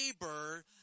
neighbor